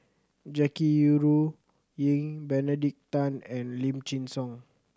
Jackie Yi Ru Ying Benedict Tan and Lim Chin Siong